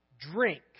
drink